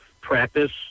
practice